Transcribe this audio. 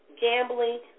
gambling